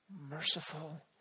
Merciful